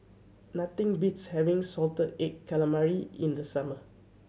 nothing beats having salted egg calamari in the summer